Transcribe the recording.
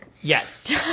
Yes